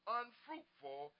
unfruitful